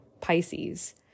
Pisces